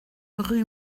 rue